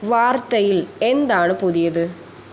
വാർത്തയിൽ എന്താണ് പുതിയത്